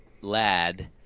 lad